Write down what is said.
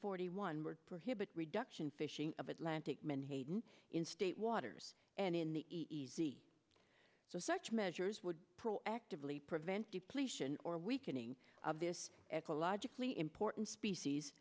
forty one would prohibit reduction fishing of atlantic menhaden in state waters and in the easy so such measures would actively prevent depletion or weakening of this ecologically important species